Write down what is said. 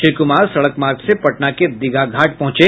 श्री क्मार सड़क मार्ग से पटना के दीघा घाट पहुंचे